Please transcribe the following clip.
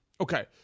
Okay